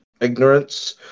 ignorance